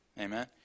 Amen